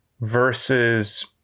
versus